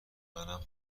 منم